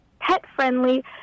pet-friendly